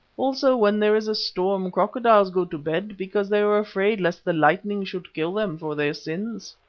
also when there is a storm crocodiles go to bed because they are afraid lest the lightning should kill them for their sins.